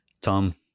Tom